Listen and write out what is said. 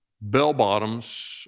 Bell-bottoms